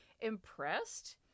impressed